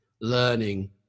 learning